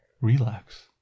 relax